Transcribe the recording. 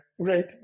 Great